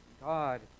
God